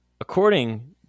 According